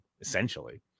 essentially